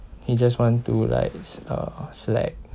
he just want to like uh slack